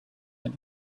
had